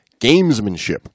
gamesmanship